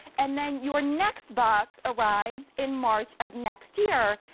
and then your next box arrives in march of next year.